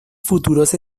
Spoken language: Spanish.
futuros